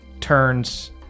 turns